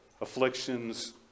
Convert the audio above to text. Afflictions